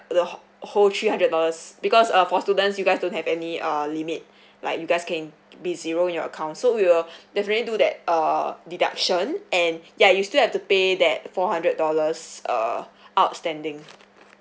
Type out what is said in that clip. the whol~ whole three hundred dollars because uh for students you guys don't have any uh limit like you guys can be zero your accounts so we'll definitely do that err deduction and ya you still have to pay that four hundred dollars uh outstanding